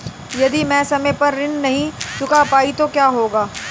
यदि मैं समय पर ऋण नहीं चुका पाई तो क्या होगा?